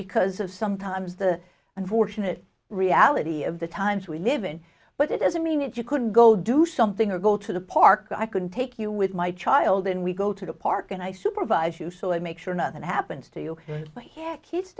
because of sometimes the unfortunate reality of the times we live in but it doesn't mean that you couldn't go do something or go to the park i couldn't take you with my child and we go to the park and i supervise you so i make sure nothing happens to